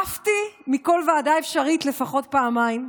עפתי מכל ועדה אפשרית לפחות פעמיים,